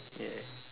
ya